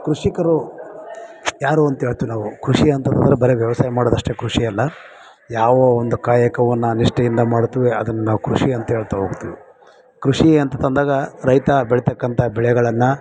ಕೃಷಿಕರು ಯಾರು ಅಂತೇಳ್ತಿವಿ ನಾವು ಕೃಷಿ ಅಂತಂತಂದರೆ ಬರಿ ವ್ಯವಸಾಯ ಮಾಡೋದಷ್ಟೆ ಕೃಷಿ ಅಲ್ಲ ಯಾವ ಒಂದು ಕಾಯಕವನ್ನು ನಿಷ್ಠೆಯಿಂದ ಮಾಡುತ್ತೇವೆ ಅದನ್ನು ನಾವು ಕೃಷಿ ಅಂತೇಳ್ತಾ ಹೋಗ್ತೀವಿ ಕೃಷಿಯೇ ಅಂತ ತಂದಾಗ ರೈತ ಬೆಳೀತಕ್ಕಂಥ ಬೆಳೆಗಳನ್ನು